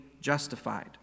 justified